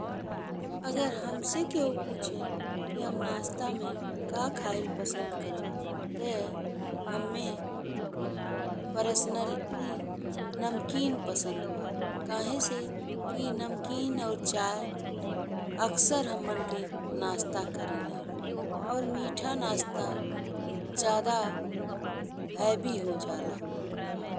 अगर हमसे केहू पूछे कि हम नाश्ता में का खइले पसंद करब त हम्मे पर्सनली नमकीन पसंद बा। काहे से कि नमकीन और चाय अक्सर हम्मन के नाश्ता करिला और मीठा नाश्ता जादा भारी हो जाला।